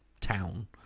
town